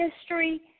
history